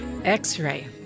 X-ray